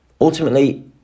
Ultimately